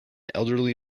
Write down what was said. elderly